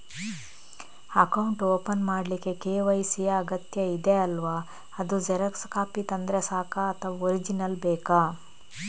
Account open ಮಾಡ್ಲಿಕ್ಕೆ KYC ಯಾ ಅಗತ್ಯ ಇದೆ ಅಲ್ವ ಅದು ಜೆರಾಕ್ಸ್ ಕಾಪಿ ತಂದ್ರೆ ಸಾಕ ಅಥವಾ ಒರಿಜಿನಲ್ ಬೇಕಾ?